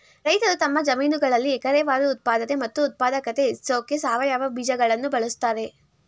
ರೈತರು ತಮ್ಮ ಜಮೀನುಗಳಲ್ಲಿ ಎಕರೆವಾರು ಉತ್ಪಾದನೆ ಮತ್ತು ಉತ್ಪಾದಕತೆ ಹೆಚ್ಸೋಕೆ ಸಾವಯವ ಬೀಜಗಳನ್ನು ಬಳಸ್ತಾರೆ